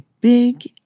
big